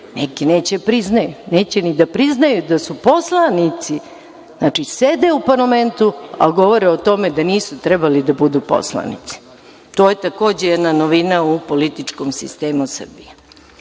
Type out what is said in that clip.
neki neće da priznaju. Neće ni da priznaju da su poslanici. Znači, sede u parlamentu, a govore o tome da nisu trebali da budu poslanici. To je takođe jedna novina u političkom sistemu Srbije. Kada